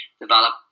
develop